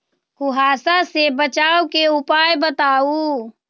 कुहासा से बचाव के उपाय बताऊ?